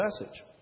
message